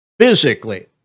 Physically